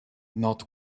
not